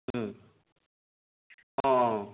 অ অ